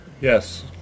Yes